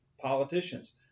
politicians